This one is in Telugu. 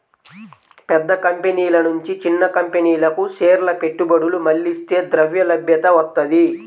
పెద్ద కంపెనీల నుంచి చిన్న కంపెనీలకు షేర్ల పెట్టుబడులు మళ్లిస్తే ద్రవ్యలభ్యత వత్తది